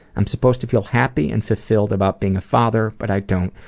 um supposed to feel happy and fulfilled about being a father but i don't.